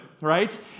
right